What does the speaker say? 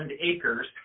acres